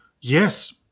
Yes